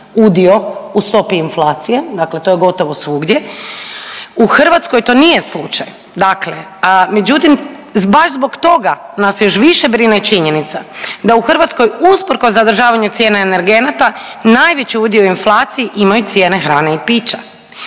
udio u stopi inflacije, dakle to je gotovo svugdje u Hrvatskoj to nije slučaj. Dakle, međutim baš zbog toga nas još više brine činjenica da u Hrvatskoj usprkos zadržavanju cijena energenata najveći udio u inflaciji imaju cijene hrane i pića,